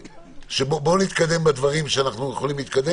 בואו נתקדם בדברים שאנחנו יכולים להתקדם